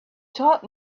taught